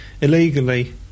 illegally